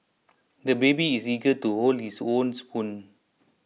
the baby is eager to hold his own spoon